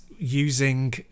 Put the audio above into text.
using